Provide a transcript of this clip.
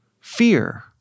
fear